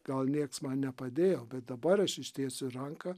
gal nieks man nepadėjo bet dabar aš ištiesiu ranką